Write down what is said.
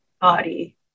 body